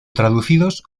traducidos